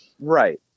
Right